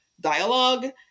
dialogue